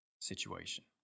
situation